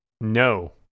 No